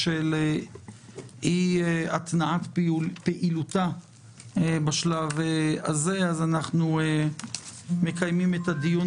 בשל אי התנעת פעילותה של ועדת הפנים אנחנו הם אלה שמקיימים את הדיון,